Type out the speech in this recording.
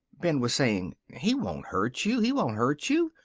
ben was saying he won't hurt you. he won't hurt you,